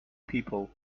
people